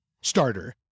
starter